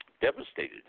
devastated